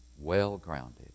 well-grounded